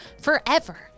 forever